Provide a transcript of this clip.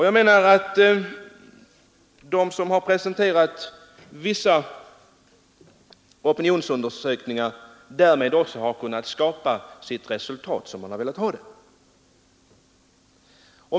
Jag menar att de som presenterat vissa opinionsundersökningar också kunnat skapa det resultat som de vill ha.